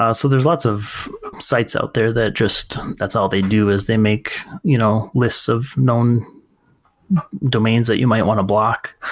so there's lots of sites out there that just, that's all they do is they make you know lists of known domains that you might want to block.